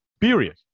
period